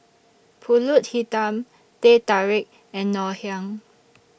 Pulut Hitam Teh Tarik and Ngoh Hiang